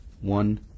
one